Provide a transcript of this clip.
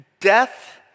death